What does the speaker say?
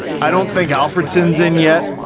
i don't think alfredsson's in yet.